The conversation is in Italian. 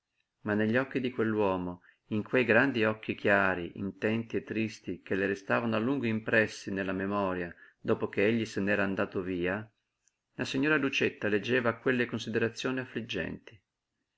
ma negli occhi di quell'uomo in quei grandi occhi chiari intenti e tristi che le restavano a lungo impressi nella memoria dopo ch'egli se n'era andato via la signora lucietta leggeva quelle considerazioni affliggenti